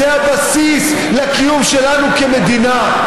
זה הבסיס לקיום שלנו כמדינה.